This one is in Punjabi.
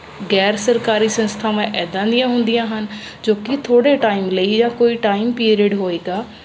ਗੈਰ ਸਰਕਾਰੀ ਸੰਸਥਾਵਾਂ ਇੱਦਾਂ ਦੀਆਂ ਹੁੰਦੀਆਂ ਹਨ ਜੋ ਕਿ ਥੋੜ੍ਹੇ ਟਾਈਮ ਲਈ ਜਾਂ ਕੋਈ ਟਾਈਮ ਪੀਰੀਅਡ ਹੋਏਗਾ